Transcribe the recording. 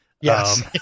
Yes